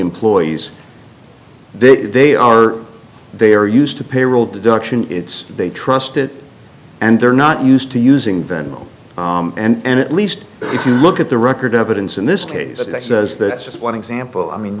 employees they they are they are used to payroll deduction it's they trust it and they're not used to using venable and at least if you look at the record evidence in this case that says that it's just one example i mean